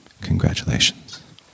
Congratulations